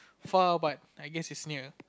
far but I guess is near